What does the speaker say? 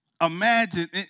Imagine